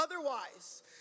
otherwise